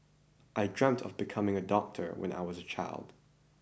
I dreamt of becoming a doctor when I was a child